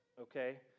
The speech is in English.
okay